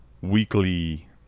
weekly